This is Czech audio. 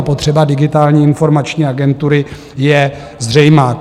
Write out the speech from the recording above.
Potřeba Digitální informační agentury je zřejmá.